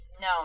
no